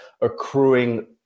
accruing